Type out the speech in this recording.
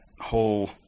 whole